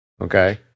Okay